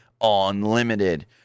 Unlimited